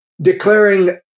declaring